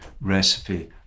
recipe